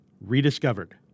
rediscovered